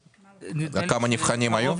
כמה נבחנים היו?